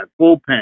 Bullpen